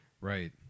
Right